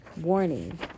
Warning